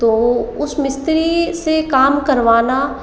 तो उस मिस्त्री से काम करवाना